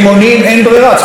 צריך לעצור אותם,